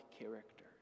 character